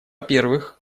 первых